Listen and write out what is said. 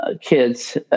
kids